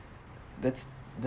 that's the